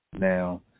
now